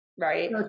right